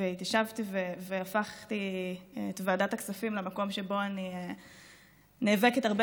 והתיישבתי והפכתי את ועדת הכספים למקום שבו אני נאבקת הרבה